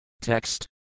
Text